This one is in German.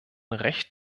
recht